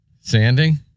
Sanding